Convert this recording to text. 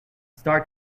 star